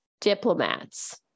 diplomats